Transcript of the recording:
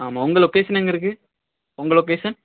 ஆமாம் உங்கள் லொக்கேஷன் எங்கே இருக்குது உங்கள் லொக்கேஷன்